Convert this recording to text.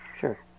Sure